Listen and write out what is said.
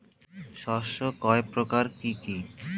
শস্য কয় প্রকার কি কি?